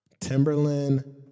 Timberland